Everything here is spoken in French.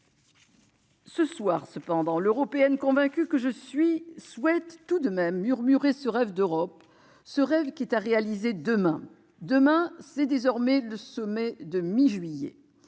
Ce soir, cependant, l'Européenne convaincue que je suis souhaite tout de même murmurer ce rêve d'Europe, ce rêve qui est à réaliser demain. Demain, c'est désormais le sommet de la mi-juillet.